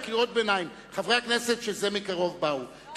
חברי הכנסת שזה מקרוב באו,